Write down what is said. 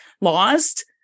lost